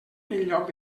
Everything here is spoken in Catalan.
lloc